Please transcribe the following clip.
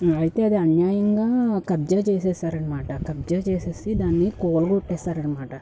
అయితే అది అన్యాయంగా కబ్జా చేసేసారనమాట కబ్జా చేసేసి దాన్ని కూల కొట్టేశారన్నమాట